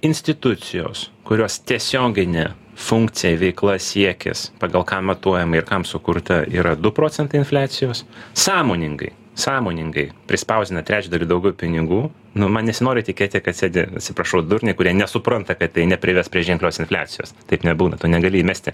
institucijos kurios tiesioginė funkcija veikla siekis pagal ką matuojama ir kam sukurta yra du procentai infliacijos sąmoningai sąmoningai prispausdina trečdaliu daugiau pinigų nu man nesinori tikėti kad sėdi atsiprašau durniai kurie nesupranta kad tai neprives prie ženklios infliacijos taip nebūna tu negali įmesti